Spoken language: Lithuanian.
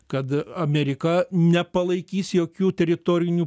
kad amerika nepalaikys jokių teritorinių